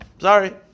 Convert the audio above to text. Sorry